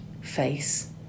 face